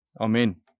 Amen